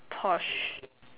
Porsche